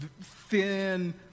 thin